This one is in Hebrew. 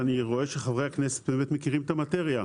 אני רואה שחברי הכנסת באמת מכירים את המטריה.